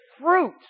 fruit